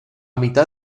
mitad